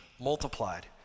multiplied